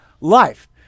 life